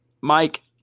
Mike